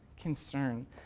concern